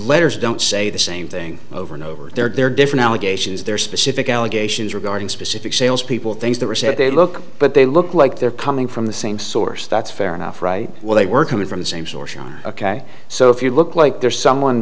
letters don't say the same thing over and over there they're different allegations there are specific allegations regarding specific sales people things that were said they look but they look like they're coming from the same source that's fair enough right well they were coming from the same source john ok so if you look like there's someone